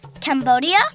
Cambodia